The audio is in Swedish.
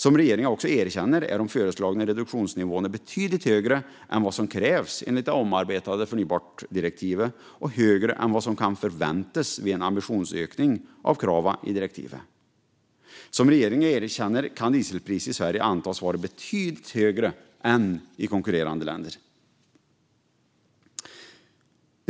Som regeringen också erkänner är de föreslagna reduktionsnivåerna betydligt högre än vad som krävs enligt det omarbetade förnybartdirektivet och högre än vad som kan förväntas vid en ambitionsökning av kraven i direktivet. Som regeringen erkänner kan dieselpriset i Sverige antas vara betydligt högre än i konkurrerande länder.